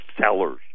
sellers